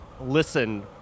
listen